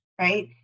right